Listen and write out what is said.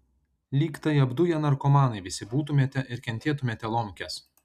lyg tai apduję narkomanai visi būtumėte ir kentėtumėte lomkes